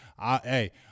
Hey